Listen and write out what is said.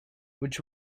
which